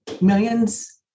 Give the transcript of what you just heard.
millions